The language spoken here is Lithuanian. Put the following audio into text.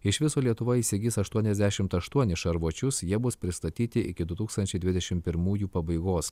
iš viso lietuva įsigys aštuoniasdešimt aštuonis šarvuočius jie bus pristatyti iki du tūkstančiai dvidešim pirmųjų pabaigos